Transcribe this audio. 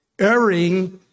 erring